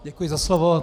Děkuji za slovo.